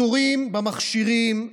התורים במכשירים,